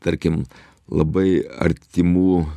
tarkim labai artimų